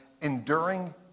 enduring